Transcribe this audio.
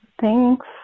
Thanks